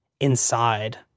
inside